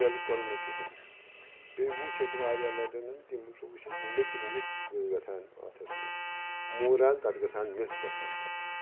بِلکُل نہٕ کِہیٖنۍ بیٚیہِ وُچھ اَسہِ واریاہ لَٹٮ۪ن تِم وچھ سُہ وُچھ اَسہِ میٚژِ میٚژ گژھان أتھَس منٛز موٗران تَتھ گژھان میٚژ گژھان تَتھ